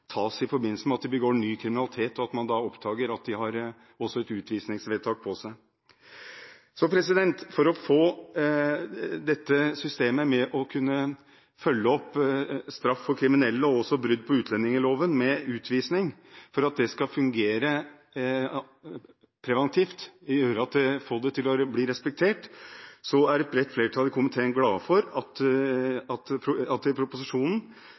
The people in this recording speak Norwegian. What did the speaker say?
tas i forbindelse med at de begår ny kriminalitet og at man da oppdager at de også har et utvisningsvedtak på seg. For å få et bedre system for å kunne følge opp straff av kriminelle og brudd på utlendingsloven med utvisning – for at dette skal fungere preventivt og bli respektert – er et bredt flertall i komiteen glad for at det i proposisjonen foreslås å øke strafferammen til to år ved førstegangsbrudd, at normalstraffenivået ved førstegangsbrudd ikke bør være under fengsel i